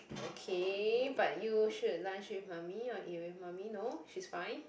okay but you should lunch with mummy or eat with mummy no she's fine